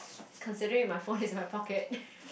considering my phone is in my pocket